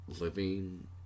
living